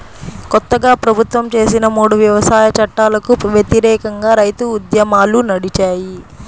కొత్తగా ప్రభుత్వం చేసిన మూడు వ్యవసాయ చట్టాలకు వ్యతిరేకంగా రైతు ఉద్యమాలు నడిచాయి